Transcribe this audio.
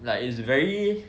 like it's very